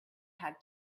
had